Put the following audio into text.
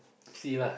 see lah